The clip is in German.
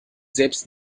selbst